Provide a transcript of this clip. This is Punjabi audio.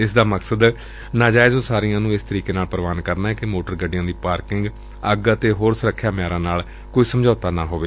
ਇਸ ਦਾ ਮਕਸਦ ਨਾਜਾਇਜ਼ ਉਸਾਰੀਆਂ ਨੂੰ ਇਸ ਤਰੀਕੇ ਨਾਲ ਪ੍ਰਵਾਨ ਕਰਨਾ ਏ ਕਿ ਮੋਟਰ ਗੱਡੀਆਂ ਦੀ ਪਾਰਕਿੰਗ ਅੱਗ ਅਤੇ ਹੋਰ ਸੁਰੱਖਿਆ ਮਿੱਆਰਾਂ ਨਾਲ ਕੋਈ ਸਮਝੌਤਾ ਨਾ ਹੋਵੇ